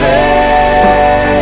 Say